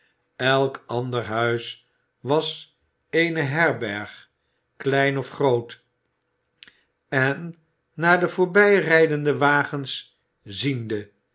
elk ander huis was eene herberg klein of groot en naar de voorbij rijdende wagens ziende